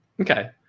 okay